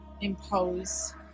impose